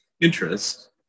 interest